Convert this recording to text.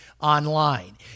online